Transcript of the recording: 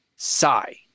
Sigh